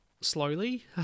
slowly